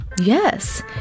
Yes